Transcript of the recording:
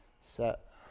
set